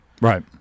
Right